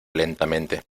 lentamente